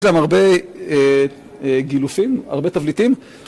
יש להם הרבה גילופים, הרבה תבליטים.